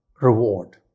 reward